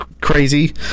crazy